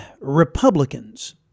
Republicans